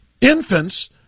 Infants